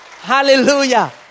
Hallelujah